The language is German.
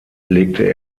legte